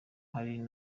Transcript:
hari